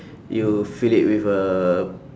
you fill it with uh